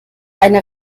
eine